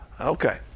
Okay